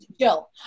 Jill